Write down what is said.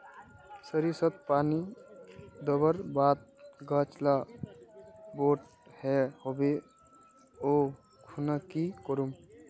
सरिसत पानी दवर बात गाज ला बोट है होबे ओ खुना की करूम?